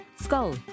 Skull